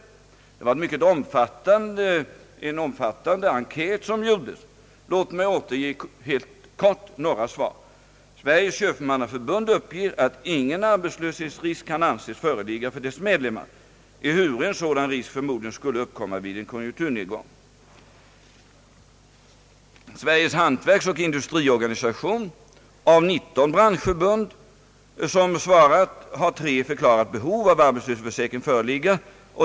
Det var en mycket omfattande enkät som gjordes. Låt mig helt kort återge några svar. Sveriges köpmannaförbund uppger, »att ingen arbetslöshetsrisk kan anses föreligga för dess medlemmar, ehuru en sådan risk förmodligen skulle uppkomma vid en konjunkturnedgång». Sveriges hantverksoch industriorganisation framhöll: Av 19 branschförbund som svarat har tre förklarat behov av arbetslöshetsförsäkring föreligga.